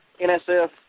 NSF